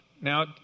Now